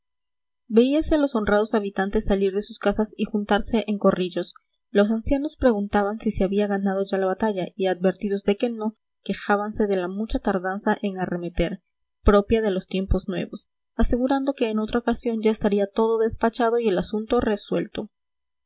veíase a los honrados habitantes salir de sus casas y juntarse en corrillos los ancianos preguntaban si se había ganado ya la batalla y advertidos de que no quejábanse de la mucha tardanza en arremeter propia de los tiempos nuevos asegurando que en otra ocasión ya estaría todo despachado y el asunto resuelto